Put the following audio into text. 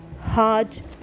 hard